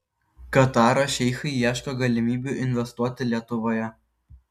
kataro šeichai ieško galimybių investuoti lietuvoje